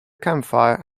campfire